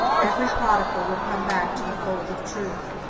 every prodigal will come back to the fold of truth.